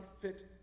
fit